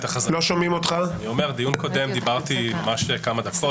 בדיון הקודם דיברתי כמה דקות